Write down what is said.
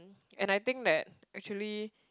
and I think that actually